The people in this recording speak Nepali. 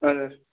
हजुर